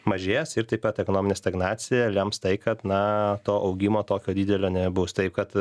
mažės ir taip pat ekonominė stagnacija lems tai kad na to augimo tokio didelio nebus taip kad